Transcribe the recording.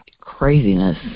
craziness